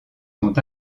sont